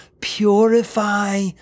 purify